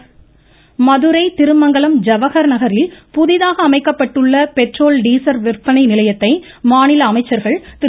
அமைச்சர்கள் மதுரை திருமங்கலம் ஜவஹ் நகரில் புதிதாக அமைக்கப்பட்டுள்ள பெட்ரோல் டீசல் விற்பனை நிலையத்தை மாநில் அமைச்சர்கள் திரு